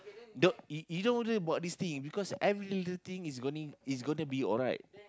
don't you you don't worry about this thing because every little thing is going is gonna be alright